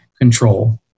control